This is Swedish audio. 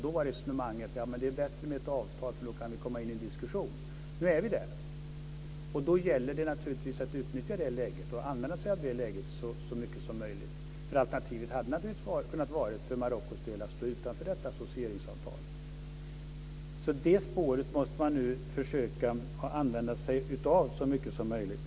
Då var resonemanget att det var bättre med ett avtal eftersom man då kan komma in i en diskussion. Nu är vi där, och då gäller det naturligtvis att utnyttja det läget och använda sig av det så mycket som möjligt. Alternativet för Marocko hade naturligtvis kunna vara att stå utanför detta associeringsavtal. Det spåret måste man nu försöka använda sig av så mycket som möjligt.